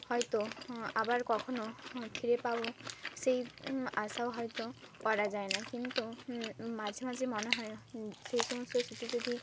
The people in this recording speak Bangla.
হয়তো আবার কখনও ফিরে পাব সেই আশাও হয়তো করা যায় না কিন্তু মাঝে মাঝে মনে হয় সেই সমস্ত স্মৃতি যদি